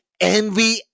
envy